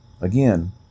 Again